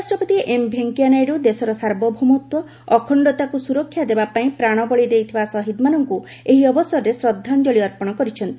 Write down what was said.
ଉପରାଷ୍ଟ୍ରପତି ଏମ୍ ଭେଙ୍କିୟା ନାଇଡୁ ଦେଶର ସାର୍ବଭୌମତ୍ୱ ଅଖଣ୍ଡତାକୁ ସ୍ୱରକ୍ଷା ଦେବାପାଇଁ ପ୍ରାଣବଳି ଦେଇଥିବା ଶହୀଦ୍ମାନଙ୍କ ଏହି ଅବସରରେ ଶ୍ରଦ୍ଧାଞ୍ଚଳି ଅର୍ପଣ କରିଛନ୍ତି